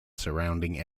surrounding